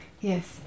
Yes